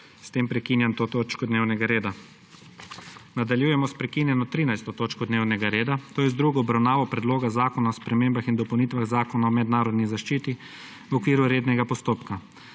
S tem prekinjam to točko dnevnega reda. Nadaljujemo s prekinjeno13. točko dnevnega reda, to je z drugo obravnavo Predloga zakona o spremembah in dopolnitvah Zakona o mednarodni zaščiti, v okviru rednega postopka.